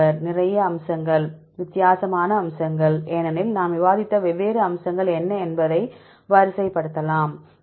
மாணவர் நிறைய அம்சங்கள் வித்தியாசமான அம்சங்கள் ஏனெனில் நாம் விவாதித்த வெவ்வேறு அம்சங்கள் என்ன என்பதை வரிசைப்படுத்தலாம்